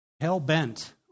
hell-bent